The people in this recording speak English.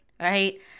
Right